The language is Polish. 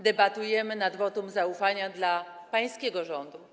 Debatujemy nad wotum zaufania dla pańskiego rządu.